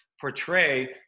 portray